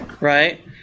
Right